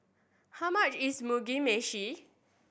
how much is Mugi Meshi